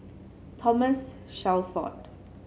Thomas Shelford